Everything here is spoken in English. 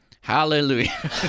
Hallelujah